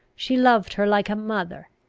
she loved her like a mother.